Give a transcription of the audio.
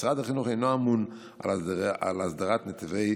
משרד החינוך אינו אמון על הסדרת נתיבי